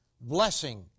blessing